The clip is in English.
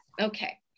okay